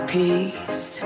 peace